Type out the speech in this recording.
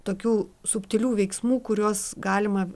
tokių subtilių veiksmų kuriuos galima